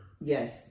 Yes